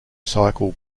cycle